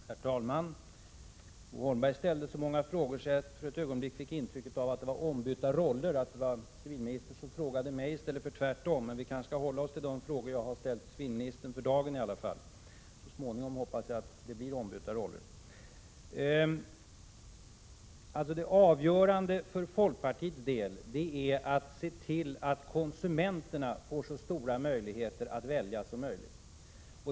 Herr talman! Bo Holmberg ställde så många frågor att jag ett ögonblick fick ett intryck av att det var ombytta roller, att civilministern frågade mig och inte tvärtom. För dagen kanske vi skall hålla oss till de frågor jag har ställt till civilministern; så småningom hoppas jag att det blir ombytta roller. Det avgörande för folkpartiets del är att se till att konsumenterna får så stora möjligheter att välja som tänkas kan.